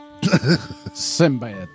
Simbad